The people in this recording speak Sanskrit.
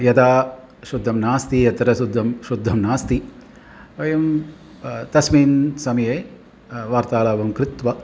यदा शुद्धं नास्ति यत्र शुद्धं शुद्धं नास्ति वयं तस्मिन् समये वार्तालापं कृत्वा